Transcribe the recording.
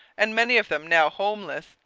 and many of them now homeless,